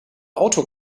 auto